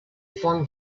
flung